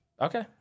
Okay